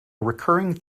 recurring